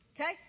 Okay